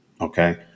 okay